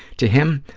to him,